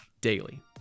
Daily